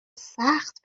سخت